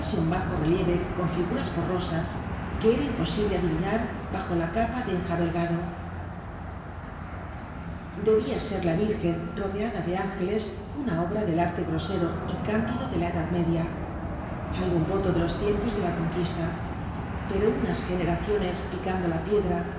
un bajo relieve con figuras borrosas que era imposible adivinar bajo la capa de enjabelgado debía ser la virgen rodeada de ángeles una obra del arte grosero y cándido de la edad media algún voto de los tiempos de la con quista pero unas generaciones picando la pie